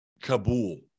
Kabul